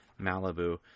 Malibu